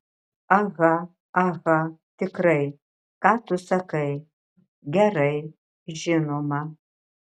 aha aha tikrai ką tu sakai gerai žinoma